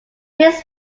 his